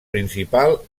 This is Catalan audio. principal